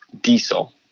diesel